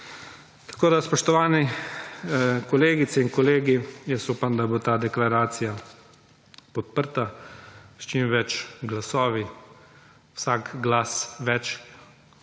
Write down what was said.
na drugo. Spoštovani kolegice in kolegi! Jaz upam, da bo ta Deklaracija podprta s čim več glasovi. Vsak glas več,